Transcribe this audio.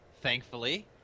Thankfully